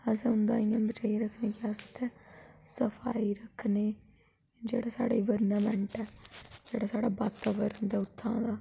अस शुरु दा गै उंहेगी बचाई रखने कि अस उत्थै सफाई रखने जेहड़ा साढ़ा इनवारनामेंट ऐ जेहड़ा साढ़ा बातावरण उत्थां दा